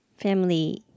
family